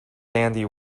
sandy